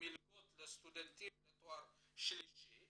מלגות לסטודנטים לתואר שלישי